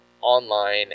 online